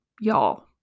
y'all